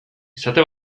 esate